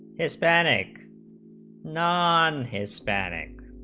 hispanic nine hispanic